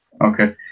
Okay